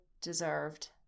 deserved